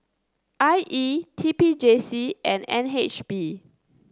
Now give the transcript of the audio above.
I E T P J C and N H B